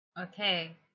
Okay